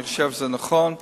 אני חושב שזה נכון וחשוב,